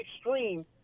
extreme